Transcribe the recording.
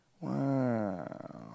Wow